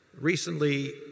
Recently